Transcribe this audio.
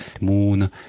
moon